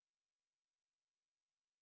ya should be okay